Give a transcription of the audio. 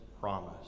promise